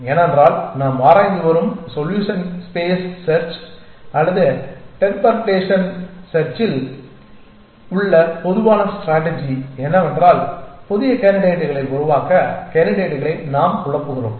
ஏனென்றால் நாம் ஆராய்ந்து வரும் சொல்யூஷன் ஸ்பேஸ் செர்ச் அல்லது பெர்டர்பேஷன் செர்ச்சில் உள்ள பொதுவான ஸ்ட்ராட்டஜி என்னவென்றால் புதிய கேண்டிடேட்டுகளை உருவாக்க கேண்டிடேட்களை நாம் குழப்புகிறோம்